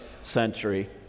century